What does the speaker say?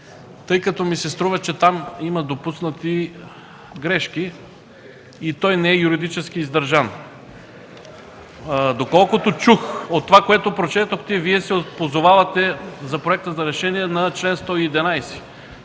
тъй като ми се струва, че там има допуснати грешки и той не е юридически издържан. Доколкото чух от това, което прочетохте, Вие се позовавате за Проекта на решение на чл. 111,